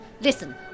Listen